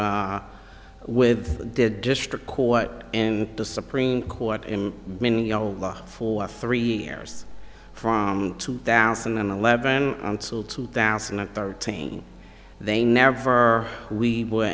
and with their district court in the supreme court in maine you know for three years from two thousand and eleven until two thousand and thirteen they never we were